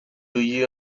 you